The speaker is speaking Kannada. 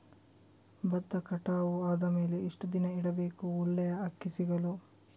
ಭತ್ತ ಕಟಾವು ಆದಮೇಲೆ ಎಷ್ಟು ದಿನ ಇಡಬೇಕು ಒಳ್ಳೆಯ ಅಕ್ಕಿ ಸಿಗಲು?